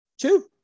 Two